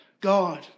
God